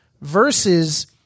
versus